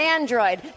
Android